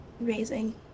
raising